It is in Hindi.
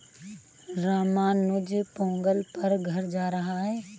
रामानुज पोंगल पर घर जा रहा है